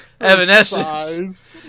Evanescence